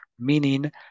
meaning